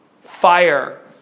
fire